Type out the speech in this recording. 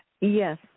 Yes